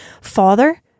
father